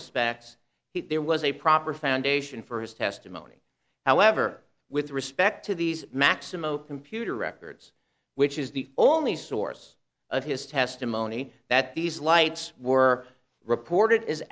respects he there was a proper foundation for his testimony however with respect to these maximo computer records which is the only source of his testimony that these lights were reported i